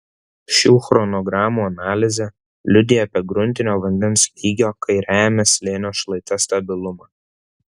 šių chronogramų analizė liudija apie gruntinio vandens lygio kairiajame slėnio šlaite stabilumą